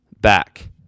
back